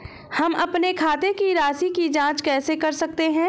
हम अपने खाते की राशि की जाँच कैसे कर सकते हैं?